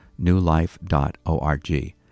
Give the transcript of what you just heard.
newlife.org